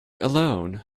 alone